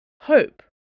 Hope